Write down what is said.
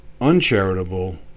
uncharitable